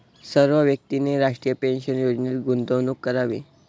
सर्व व्यक्तींनी राष्ट्रीय पेन्शन योजनेत गुंतवणूक करावी